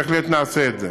בהחלט נעשה את זה.